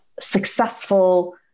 successful